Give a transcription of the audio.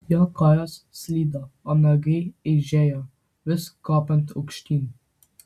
jo kojos slydo o nagai eižėjo vis kopiant aukštyn